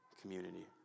community